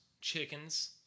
chickens